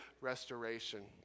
restoration